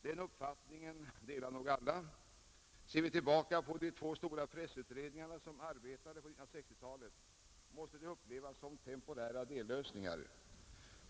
Den uppfattningen delar nog alla. Om vi ser tillbaka på de två stora pressutredningar som arbetade på 1960-talet, så måste deras förslag upplevas som temporära dellösningar.